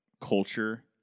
culture